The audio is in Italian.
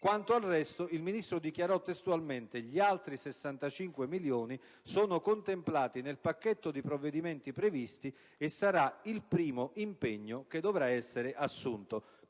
Quanto al resto, il Ministro dichiarò testualmente: «Gli altri 65 milioni sono contemplati nel pacchetto di provvedimenti previsto e sarà il primo impegno che dovrà essere assunto».